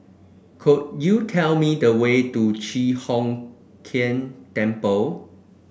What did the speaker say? could you tell me the way to Chi Hock Keng Temple